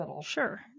Sure